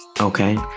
Okay